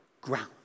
ground